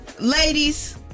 Ladies